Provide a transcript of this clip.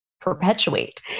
perpetuate